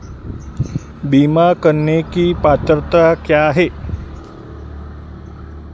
बीमा करने की पात्रता क्या है?